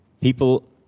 people